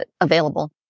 available